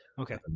Okay